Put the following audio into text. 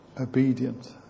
obedient